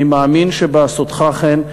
אני מאמין שבעשותך כן,